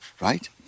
right